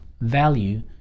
value